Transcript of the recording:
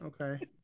Okay